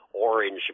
orange